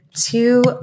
two